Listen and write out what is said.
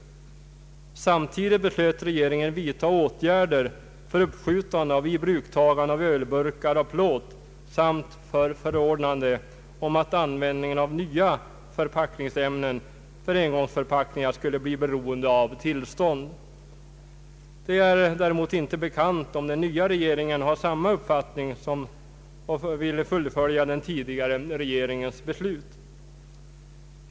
Samtidigt beslöt Finlands regering vidta åtgärder för att skjuta upp beslutet om tillstånd att använda ölburkar av plåt. Man förordnade samtidigt att användningen av nya förpackningsämnen för = engångsförpackningar skulle bli beroende av tillstånd. Det är däremot inte bekant om den nya regeringen i Finland har samma uppfattning och fullföljer den tidigare regeringens beslut.